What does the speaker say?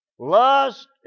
Lust